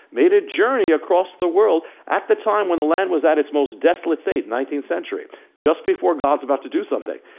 made a journey across the world at the time when the land was at its most desolate state, nineteenth century, just before god was about to do something.